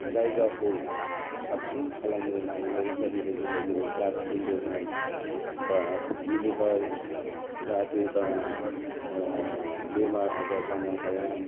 जायगाखौ साबसिन खालामनो नाजाबाय सरखारनिफ्राय जोङो जेरै डस्टबिन दोनो बा बिनिफ्राय जाहाथे बा बेमार आजार जानो हाया